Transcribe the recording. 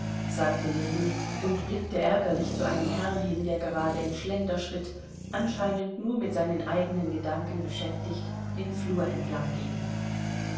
sagte ljewin und blickte ärgerlich zu einem herrn hin der gerade im schlenderschritt anscheinend nur mit seinen eigenen gedanken beschäftigt den flur entlangging